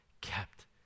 kept